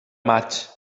maig